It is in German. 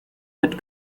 wird